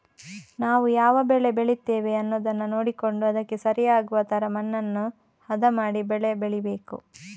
ನಾವು ಯಾವ ಬೆಳೆ ಬೆಳೀತೇವೆ ಅನ್ನುದನ್ನ ನೋಡಿಕೊಂಡು ಅದಕ್ಕೆ ಸರಿ ಆಗುವ ತರ ಮಣ್ಣನ್ನ ಹದ ಮಾಡಿ ಬೆಳೆ ಬೆಳೀಬೇಕು